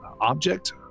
object